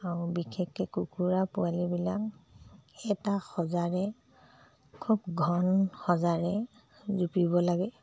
আৰু বিশেষকৈ কুকুৰা পোৱালিবিলাক এটা সঁজাৰে খুব ঘন সঁজাৰে জুপিব লাগে